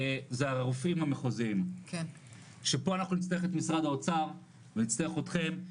זה הרופאים המחוזיים שפה אנחנו נצטרך את משרד האוצר ונצטרך אתכם,